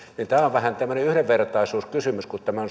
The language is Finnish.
tämä on vähän tämmöinen yhdenvertaisuuskysymys kun tämä on